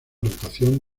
rotación